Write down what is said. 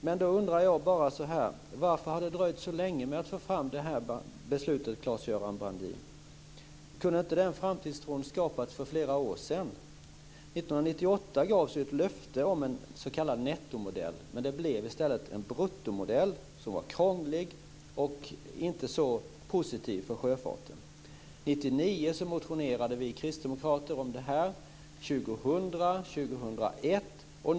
Men jag undrar bara: Varför har det dröjt så länge att få fram beslutet, Claes-Göran Brandin? Kunde inte framtidstron ha skapats för flera år sedan? År 1998 gavs ett löfte om en s.k. nettomodell, men det blev i stället en bruttomodell, som var krånglig och inte så positiv för sjöfarten. År 1999, 2000 och 2001 motionerade vi kristdemokrater om detta.